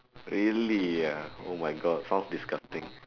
really ah oh my god sounds disgusting